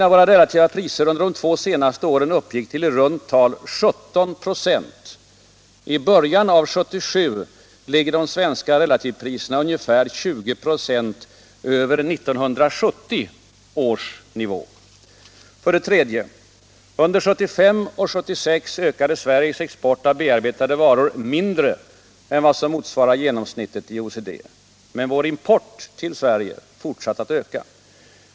3. Under 1975 och 1976 ökade Sveriges export av bearbetade varor mindre än vad som motsvarade genomsnittet inom OECD. Men vår import fortsatte att öka.